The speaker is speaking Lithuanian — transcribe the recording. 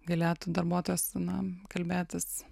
galėtų darbuotojas na kalbėtis